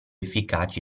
efficaci